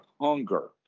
hunger